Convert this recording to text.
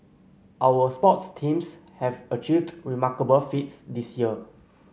our sports teams have achieved remarkable feats this year